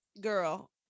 girl